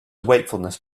wakefulness